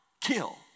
kill